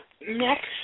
next